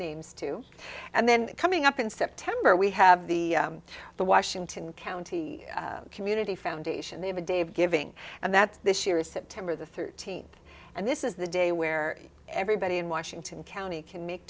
names to and then coming up in september we have the the washington county community foundation they have a dave giving and that this year is september the thirteenth and this is the day where everybody in washington county can make